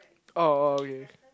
oh oh okay